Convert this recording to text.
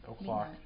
o'clock